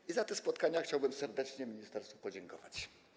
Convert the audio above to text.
I za te spotkania chciałbym serdecznie ministerstwu podziękować.